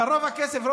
אבל רוב הכסף,